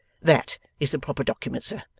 that is the proper document, sir.